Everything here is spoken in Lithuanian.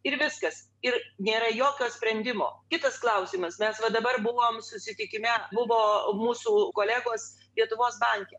ir viskas ir nėra jokio sprendimo kitas klausimas nes va dabar buvom susitikime buvo mūsų kolegos lietuvos banke